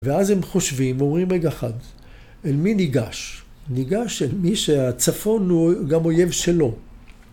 ‫ואז הם חושבים, אומרים רגע אחד, ‫אל מי ניגש? ‫ניגש אל מי שהצפון הוא גם אויב שלו.